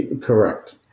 Correct